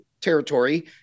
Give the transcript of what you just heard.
territory